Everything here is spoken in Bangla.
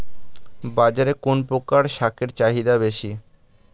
বাজারে কোন প্রকার শাকের চাহিদা বেশী?